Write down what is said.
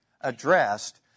addressed